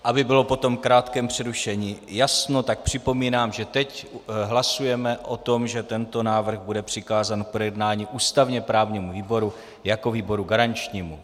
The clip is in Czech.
Aby bylo po tom krátkém přerušení jasno, tak připomínám, že teď hlasujeme o tom, že tento návrh bude přikázán k projednání ústavněprávnímu výboru jako výboru garančnímu.